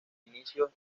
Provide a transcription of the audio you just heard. inicios